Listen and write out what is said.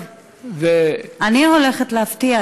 אני דווקא הולכת להפתיע,